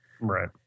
Right